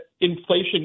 inflation